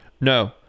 no